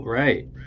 Right